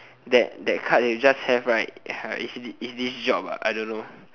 that that card you just have right it's this this job ah I don't know